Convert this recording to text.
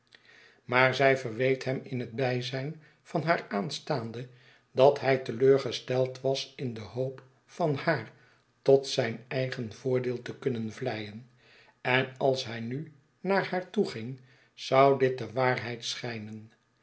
maar zij verweet hem in het bij zijn van haar aanstaande dat hij te leur gesteld was in de hoop van haar tot zijn eigen voordeel te kunnen vleien en als hij nu naar haar toe ging zou dit de waarheid schijnen